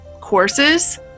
courses